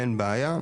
אין בעיה,